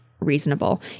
Reasonable